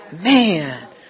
Man